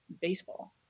baseball